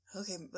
okay